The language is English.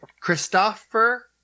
Christopher